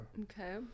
Okay